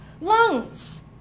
lungs